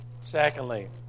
Secondly